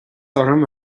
orm